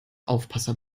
aufpasser